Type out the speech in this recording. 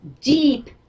deep